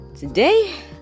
Today